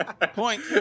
point